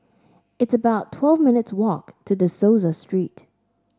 it's about twelve minutes' walk to De Souza Street